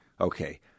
Okay